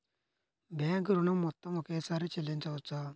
Bank ఋణం మొత్తము ఒకేసారి చెల్లించవచ్చా?